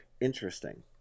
Interesting